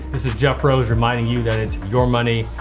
is jeff rose reminding you that it's your money,